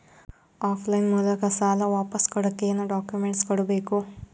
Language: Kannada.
ಆಫ್ ಲೈನ್ ಮೂಲಕ ಸಾಲ ವಾಪಸ್ ಕೊಡಕ್ ಏನು ಡಾಕ್ಯೂಮೆಂಟ್ಸ್ ಕೊಡಬೇಕು?